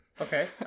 okay